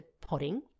potting